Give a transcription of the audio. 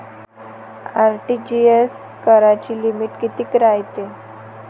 RTGS कराची limit कितीक रायते?